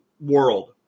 world